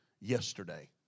yesterday